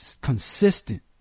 Consistent